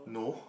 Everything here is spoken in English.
no